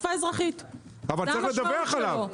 אבל צריך לדווח עליו.